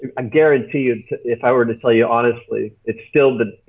i um guarantee you if i were to tell you honestly, its still the.